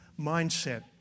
mindset